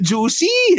Juicy